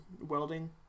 welding